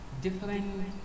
different